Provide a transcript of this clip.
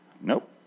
Nope